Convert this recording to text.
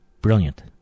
brilliant